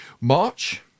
March